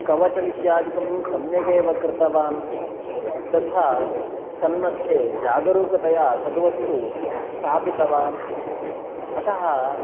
कवचमित्यादिकं समगेव कृतवान् तथा तन्मध्ये जागरुकतया तद् वस्तु स्थापितवान् अतः